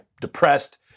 depressed